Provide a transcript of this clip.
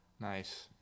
nice